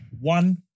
one